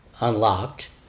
unlocked